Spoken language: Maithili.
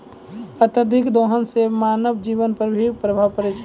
अत्यधिक दोहन सें मानव जीवन पर भी प्रभाव परै छै